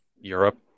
Europe